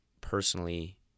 personally